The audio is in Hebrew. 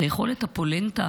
לאכול את הפולנטה,